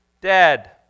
dead